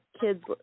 kids